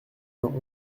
vingt